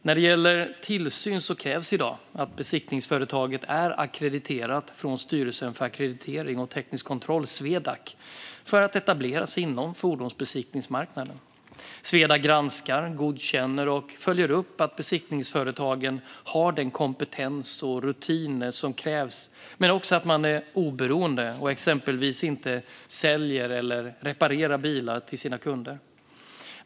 När det gäller tillsyn krävs i dag att besiktningsföretaget är ackrediterat från Styrelsen för ackreditering och teknisk kontroll, Swedac, för att det ska få etablera sig inom fordonsbesiktningsmarknaden. Swedac granskar, godkänner och följer upp att besiktningsföretagen har den kompetens och de rutiner som krävs men också att de är oberoende och exempelvis inte säljer eller reparerar bilar till sina kunder.